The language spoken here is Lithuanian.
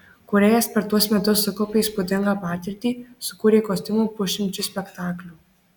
kūrėjas per tuos metus sukaupė įspūdingą patirtį sukūrė kostiumų pusšimčiui spektaklių